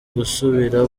gusubira